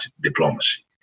diplomacy